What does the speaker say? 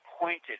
appointed